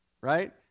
right